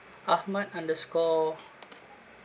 ahmad underscore